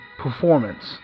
performance